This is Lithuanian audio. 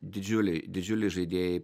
didžiuliai didžiuliai žaidėjai